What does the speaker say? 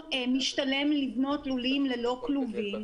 שהלולים יהיו ללא כלובים.